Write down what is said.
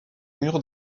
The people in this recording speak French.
mur